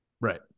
Right